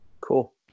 Cool